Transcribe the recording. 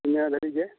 ᱤᱱᱟᱹ ᱜᱷᱟᱲᱤᱡ ᱜᱮ